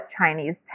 Chinese